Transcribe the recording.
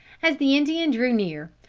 as the indian drew near,